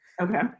okay